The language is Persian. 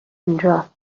اونجاست